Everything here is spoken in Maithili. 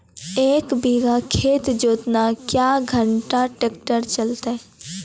एक बीघा खेत जोतना क्या घंटा ट्रैक्टर चलते?